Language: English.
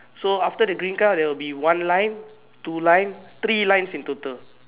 so after the green car there will be one line two line three lines in total